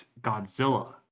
Godzilla